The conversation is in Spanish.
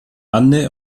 ande